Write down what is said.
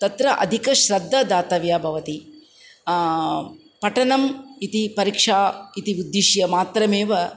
तत्र अधिका श्रद्धा दातव्या भवति पठनम् इति परीक्षा इति उद्दिश्य मात्रमेव